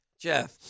Jeff